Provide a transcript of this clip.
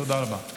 תודה רבה.